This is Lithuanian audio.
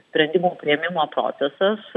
sprendimų priėmimo procesas